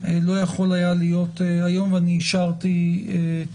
לא יכול היה להיות כאן היום ואני אישרתי את